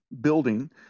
building